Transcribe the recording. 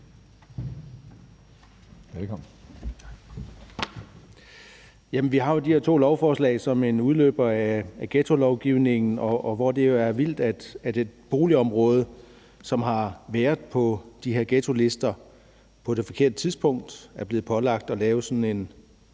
(EL): Vi har jo de her to lovforslag som udløbere af ghettolovgivningen, og det er jo vildt, at et boligområde, som har været på de her ghettolister på det forkerte tidspunkt, er blevet pålagt at lave sådan en